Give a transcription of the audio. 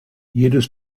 jedes